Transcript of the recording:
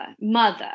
mother